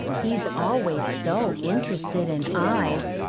he's always so interested in eyes,